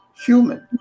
human